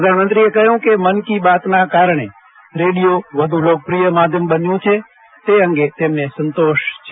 પ્રધાનમંત્રીએ કહ્યું કે મન કી બાતના કારજ્ઞે રેડિયો વ્ધુ લોકપ્રિય માધ્યમ બન્યું છે તે અંગે તેમને સંતોષ છે